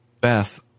Beth